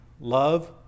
love